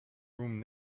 room